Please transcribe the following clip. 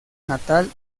natal